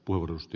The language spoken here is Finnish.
puhemies